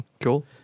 Cool